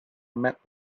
met